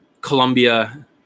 Colombia